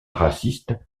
racistes